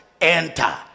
enter